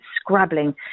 scrabbling